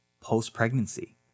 post-pregnancy